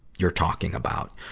you're talking about.